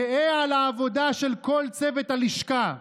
גאה על העבודה של כל צוות הלשכה,